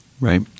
right